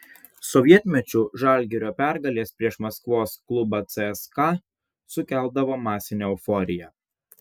sovietmečiu žalgirio pergalės prieš maskvos klubą cska sukeldavo masinę euforiją